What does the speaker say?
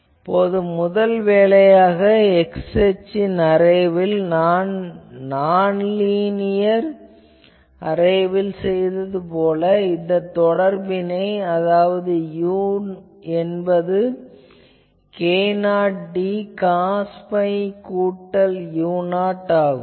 இப்போது முதல் வேலையாக x அச்சின் அரேவில் நாம் நான் லினியர் அரேவில் செய்தது போல இந்த தொடர்பினை அதாவது u என்பது k0d காஸ் phi கூட்டல் u0 ஆகும்